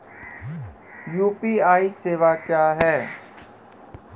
UPI सेवा क्या हैं?